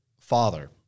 father